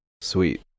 sweet